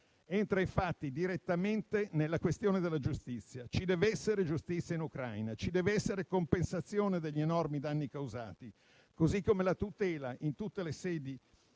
Entra infatti direttamente nella questione della giustizia; ci deve essere giustizia in Ucraina, ci deve essere compensazione degli enormi danni causati, così come la tutela in tutte le sedi